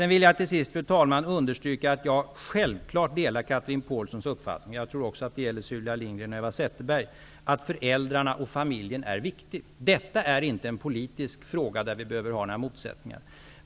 Till sist, fru talman, vill jag understryka att jag självfallet delar Chatrine Pålssons uppfattning -- jag tror att det också gäller Sylvia Lindgren och Eva Zetterberg -- att föräldrarna och familjen är viktiga. Detta är inte en politisk fråga där vi behöver ha några motsättningar.